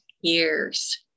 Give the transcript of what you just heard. years